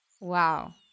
Wow